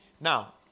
Now